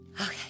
Okay